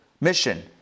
mission